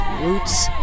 Roots